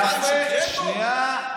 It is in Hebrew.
יפה, שנייה.